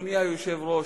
אדוני היושב-ראש,